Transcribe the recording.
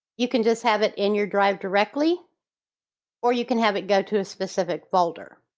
you can just have it in your drive directly or you can have it go to a specific folder.